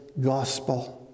gospel